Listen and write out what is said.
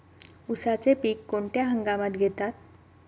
उसाचे पीक कोणत्या हंगामात घेतात?